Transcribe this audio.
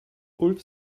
ulf